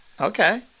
Okay